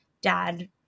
dad –